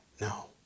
No